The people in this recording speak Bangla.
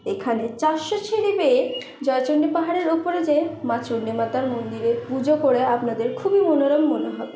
এখানে চারশো সিঁড়ি বেয়ে জয়চন্ডী পাহাড়ের ওপরে যেয়ে মা চণ্ডী মাতার মন্দিরে পুজো করে আপনাদের খুবই মনোরম মনে হবে